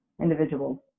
individuals